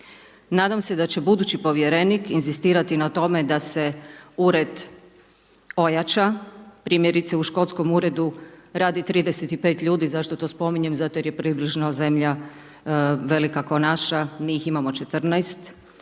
Nadam se da će budući Povjerenik inzistirati na tome da se Ured ojača, primjerice u Škotskom uredu radi 35 ljudi, zašto to spominjem, zato jer je približno zemlja velika k'o naša, mi ih imamo 14,